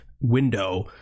window